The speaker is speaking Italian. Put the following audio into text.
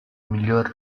miglior